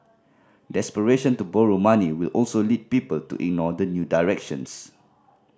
desperation to borrow money will also lead people to ignore the new directions